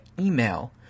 email